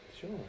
Sure